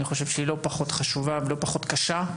חושב שהיא לא פחות חשובה ולא פחות קשה,